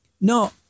no